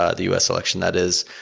ah the u s. election, that is,